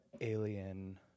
alien